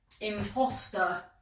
imposter